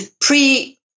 pre